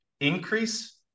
increase